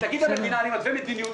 תגיד המדינה: אני מתווה מדיניות,